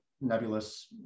nebulous